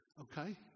okay